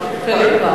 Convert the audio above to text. חיליק.